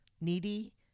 Needy